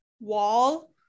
wall